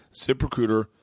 ZipRecruiter